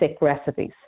recipes